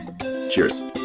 Cheers